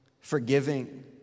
forgiving